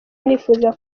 nifuza